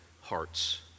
hearts